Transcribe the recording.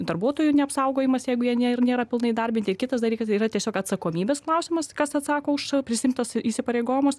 darbuotojų neapsaugojimas jeigu jie nėr nėra pilnai įdarbinti kitas dalykas tai yra tiesiog atsakomybės klausimas kas atsako už prisiimtus įsipareigojimus